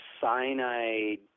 cyanide